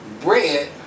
bread